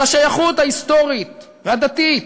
על השייכות ההיסטורית והדתית